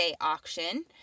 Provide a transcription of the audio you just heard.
auction